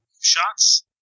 shots